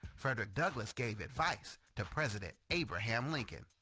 frederick douglass gave advice to president abraham lincoln.